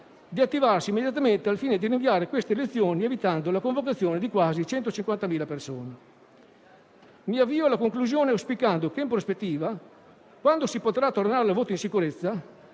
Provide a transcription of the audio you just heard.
di attivarsi immediatamente al fine di rinviare queste elezioni evitando la convocazione di quasi 150.000 persone. Mi avvio alla conclusione auspicando che in prospettiva, quando si potrà tornare al voto in sicurezza,